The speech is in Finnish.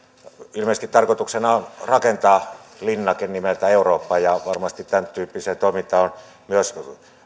ilmeisesti tarkoituksena on rakentaa linnake nimeltä eurooppa ja varmasti tämäntyyppiseen toimintaan on myös